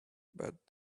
but